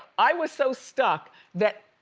i was so stuck that